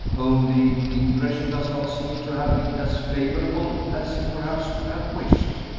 only the impression does not seem to have been as favorable as he perhaps would have wished.